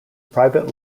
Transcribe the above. private